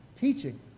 Teaching